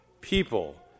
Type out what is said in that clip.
people